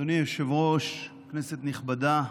אדוני היושב-ראש, כנסת נכבדה,